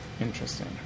Interesting